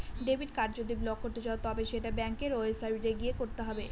debit card যদি block করতে চাও তবে সেটা ব্যাঙ্কের ওয়েবসাইটে গিয়ে করতে হবে